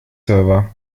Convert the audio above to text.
server